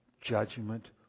judgment